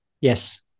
yes